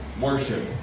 Worship